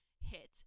hit